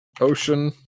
Ocean